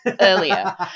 earlier